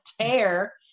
tear